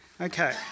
okay